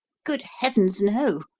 good heavens, no!